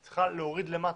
היא צריכה "להוריד למטה"